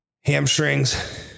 Hamstrings